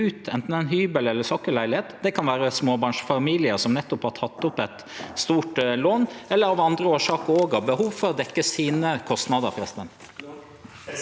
anten ein hybel eller sokkelleilegheit, kan vere småbarnsfamiliar som nettopp har teke opp eit stort lån eller av andre årsaker har behov for å dekkje kostnadene